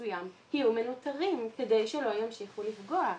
מסוים יהיו מנותרים כדי שלא ימשיכו לפגוע.